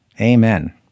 Amen